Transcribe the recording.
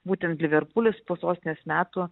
būtent liverpulis po sostinės metų